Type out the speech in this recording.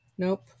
nope